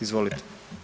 Izvolite.